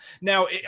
Now